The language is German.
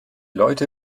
leute